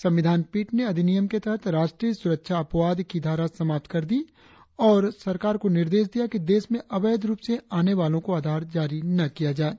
संविधान पीठ ने अधिनियम के तहत राष्ट्रीय सुरक्षा अपवाद की धारा समाप्त कर दी और सरकार को निर्देश दिया कि देश में अवैध रुप से आने वालों को आधार जारी न किया जाये